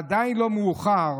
עדיין לא מאוחר